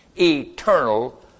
Eternal